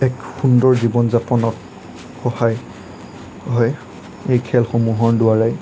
এক সুন্দৰ জীৱন যাপনত সহায় হয় এই খেলসমূহৰ দ্বাৰাই